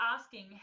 asking